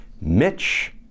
Mitch